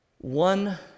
One